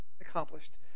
accomplished